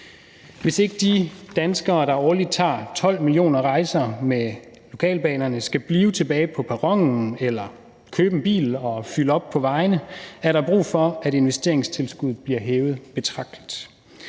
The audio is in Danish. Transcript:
Hvis ikke de danskere, der årligt tager 12 millioner rejser med lokalbanerne, skal blive tilbage på perronen eller købe en bil og fylde op på vejene, er der brug for, at investeringstilskuddet bliver hævet betragteligt,